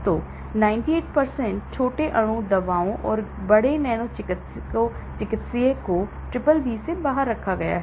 तो 98 छोटे अणु दवाओं और बड़े नैनो चिकित्सीय को BBB से बाहर रखा गया है